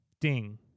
Ding